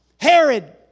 Herod